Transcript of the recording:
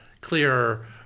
clearer